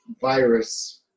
virus